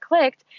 clicked